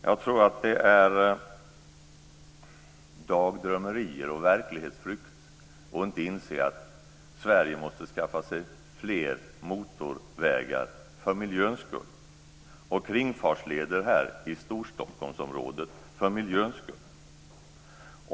Jag tror att det är dagdrömmerier och verklighetsflykt att inte inse att Sverige måste skaffa sig fler motorvägar och kringfartsleder i Storstockholmsområdet för miljöns skull.